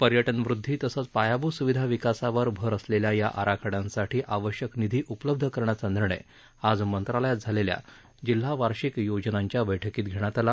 पर्यटनवृद्धी तसंच पायाभूत सुविधा विकासावर भर असलेल्या या आराखड्यांसाठी आवश्यक निधी उपलब्ध करण्याचा निर्णय आज मंत्रालयात झालेल्या जिल्हा वार्षिक योजनांच्या बैठकीत घेण्यात आला